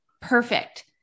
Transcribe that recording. perfect